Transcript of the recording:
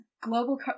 global